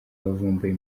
wavumbuye